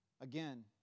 Again